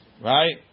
right